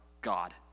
God